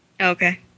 Okay